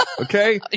Okay